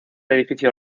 edificio